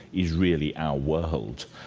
is really our world.